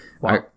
Wow